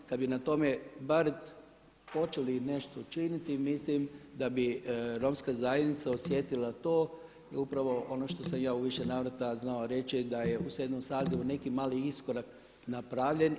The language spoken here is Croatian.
Kad bi na tome bar počeli nešto činiti mislim da bi Romska zajednica osjetila to jer to je upravo ono što sam i ja u više navrata znao reći da je u 7. sazivu neki mali iskorak napravljen.